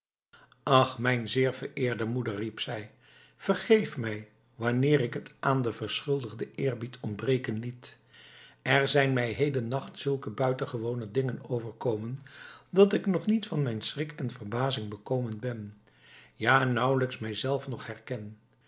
ach mijn zeer vereerde moeder riep zij vergeef mij wanneer ik het aan den verschuldigden eerbied ontbreken liet er zijn mij heden nacht zulke buitengewone dingen overkomen dat ik nog niet van mijn schrik en verbazing bekomen ben ja nauwelijks mijzelf nog herken